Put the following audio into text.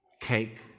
cake